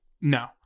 no